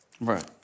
right